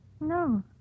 No